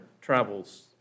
travels